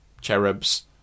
cherubs